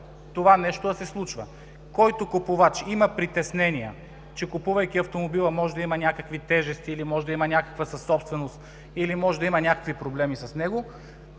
това нещо да се случва. Който купувач има притеснения, че купувайки автомобила може да има някакви тежести или може да има някаква съсобственост, или може да има някакви проблеми с него,